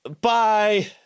Bye